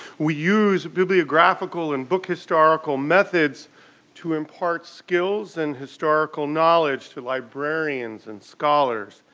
we use bibliographical and book historical methods to impart skills and historical knowledge to librarians and scholars,